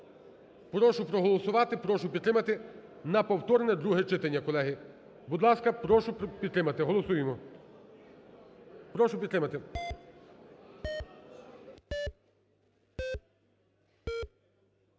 Прошу проголосувати, прошу підтримати, на повторне друге читання, колеги. Будь ласка, прошу підтримати. Голосуємо. Прошу підтримати.